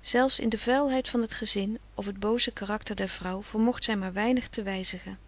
zelfs in de vuilheid van t gezin of t booze karakter der vrouw vermocht zij maar weinig te wijzigen